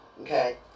okay